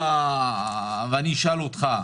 אני אשאל אותך: